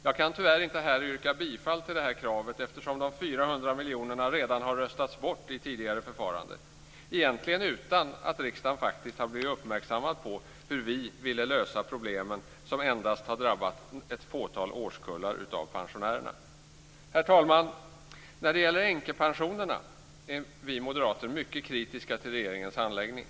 Jag kan tyvärr inte här yrka bifall till detta krav eftersom de 400 miljonerna redan har röstats bort i ett tidigare förfarande - egentligen utan att riksdagen faktiskt har blivit uppmärksammad på hur vi ville lösa dessa problem som endast har drabbat ett fåtal årskullar av pensionärerna. Herr talman! När det gäller änkepensionerna är vi moderater mycket kritiska till regeringens handläggning.